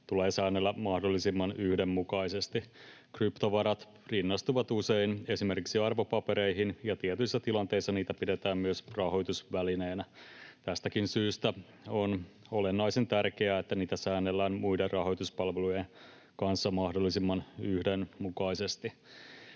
tulee säännellä mahdollisimman yhdenmukaisesti. Kryptovarat rinnastuvat usein esimerkiksi arvopapereihin, ja tietyissä tilanteissa niitä pidetään myös rahoitusvälineenä. Tästäkin syystä on olennaisen tärkeää, että niitä säännellään muiden rahoituspalvelujen kanssa mahdollisimman yhdenmukaisesti.